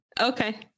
Okay